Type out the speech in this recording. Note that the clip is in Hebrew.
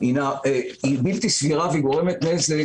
היא בלתי סבירה וגורמת נזק